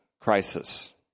crisis